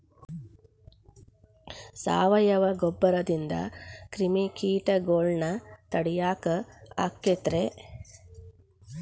ಸಾವಯವ ಗೊಬ್ಬರದಿಂದ ಕ್ರಿಮಿಕೇಟಗೊಳ್ನ ತಡಿಯಾಕ ಆಕ್ಕೆತಿ ರೇ?